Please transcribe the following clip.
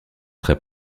très